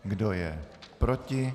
Kdo je proti?